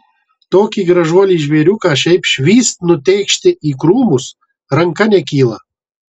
tokį gražuolį žvėriuką šiaip švyst nutėkšti į krūmus ranka nekyla